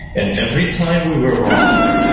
and every time we were wrong,